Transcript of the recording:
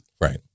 right